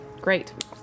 great